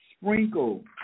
Sprinkle